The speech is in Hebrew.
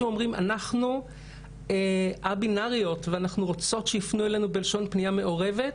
אומרים שהם א-בינאריות ורוצות שיפנו אליהם בלשון פנייה מעורבת.